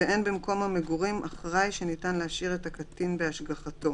ואין במקום המגורים אחראי שניתן להשאיר את הקטין בהשגחתו,"